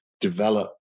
develop